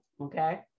okay